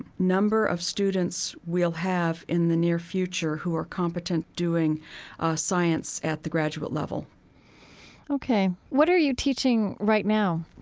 number of students we'll have in the near future who are competent doing science at the graduate level ok. what are you teaching right now?